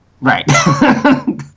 Right